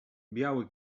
biały